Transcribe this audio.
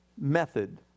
method